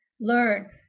Learn